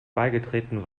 beigetreten